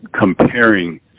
comparing